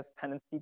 tendency